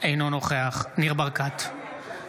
אינו נוכח ניר ברקת,